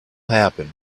happen